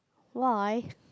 !wow! I